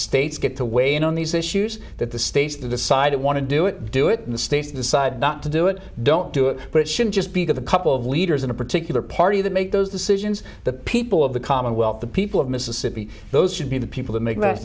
states get to weigh in on these issues that the states decide it want to do it do it in the states decide not to do it don't do it but it should just be give a couple of leaders in a particular party that make those decisions the people of the commonwealth the people of mississippi those should be the people to make th